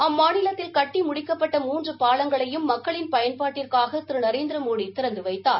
அம்மாநிலத்தில் கட்டி முடிக்கப்பட்ட மூன்று பாலங்களையும் மக்களின் பயன்பாட்டிற்காக திரு நரேந்திரமோடி திறந்து வைத்தார்